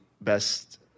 best